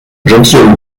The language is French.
gentilhomme